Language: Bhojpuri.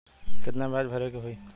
कितना ब्याज भरे के होई?